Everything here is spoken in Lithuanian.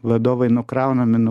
vadovai nukraunami nuo